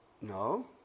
no